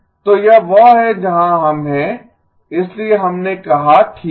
तो यह वह है जहाँ हम हैं इसलिए हमने कहा ठीक है